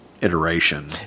iteration